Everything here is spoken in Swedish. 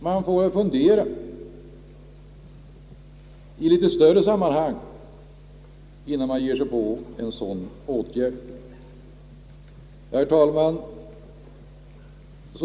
Man får väl fundera i litet större sammanhang innan man ger sig på en sådan åtgärd. Herr talman!